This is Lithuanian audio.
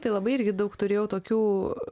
tai labai irgi daug turėjau tokių